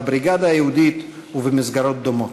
בבריגדה היהודית ובמסגרות דומות.